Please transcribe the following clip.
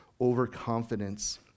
overconfidence